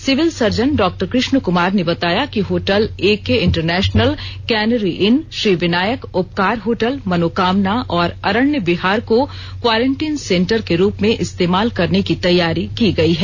civil surgeon डॉ कृष्ण कुमार ने बताया कि hotel A K international canary inn Shri Vinayak Upkar hotel Manokamna और अरण्य विहार को क्वारेन्टीन सेंटर के रूप में इस्तेमाल करने की तैयारी की गई है